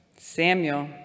Samuel